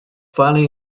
valley